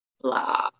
blah